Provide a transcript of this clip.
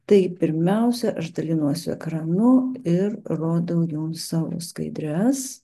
tai pirmiausia aš dalinuosi ekranu ir rodau jums savo skaidres